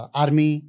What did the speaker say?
army